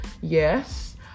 yes